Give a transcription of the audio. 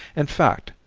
in fact,